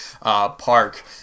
park